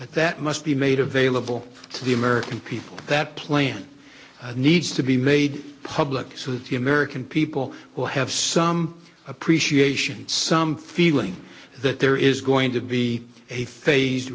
that must be made available to the american people that plan needs to be made public so that the american people will have some appreciation some feeling that there is going to be a phase